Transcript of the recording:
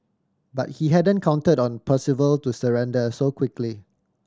but he hadn't counted on Percival to surrender so quickly